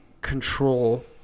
control